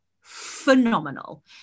phenomenal